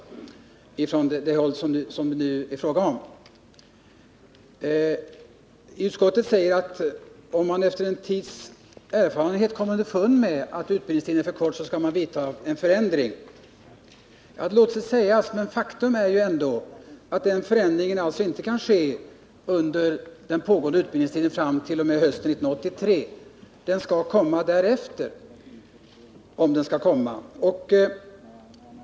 Utskottet säger att om man efter en viss erfarenhet kommer underfund med att utbildningstiden är för kort skall man företa en förändring. Ja, det låter sig sägas. Men faktum är ändå att den förändringen inte kan ske under den pågående utbildningstiden fram t.o.m. 1983; den skall komma därefter, om den skall komma.